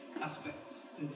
aspects